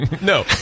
No